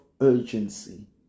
urgency